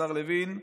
השר לוין,